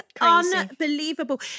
unbelievable